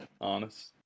honest